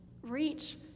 reach